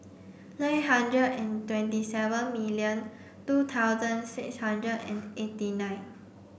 nine hundred and twenty seven million two thousand six hundred and eighty nine